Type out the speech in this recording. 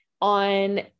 on